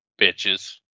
bitches